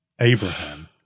Abraham